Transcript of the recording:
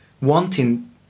wanting